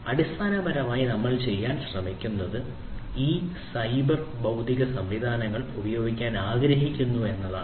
അടിസ്ഥാനപരമായി നമ്മൾ ചെയ്യാൻ ശ്രമിക്കുന്നത് ഈ സൈബർ ഭൌതിക സംവിധാനങ്ങൾ ഉപയോഗിക്കാൻ ആഗ്രഹിക്കുന്നു എന്നതാണ്